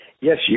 Yes